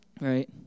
Right